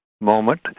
moment